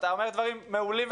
אתה אומר דברים מעולים,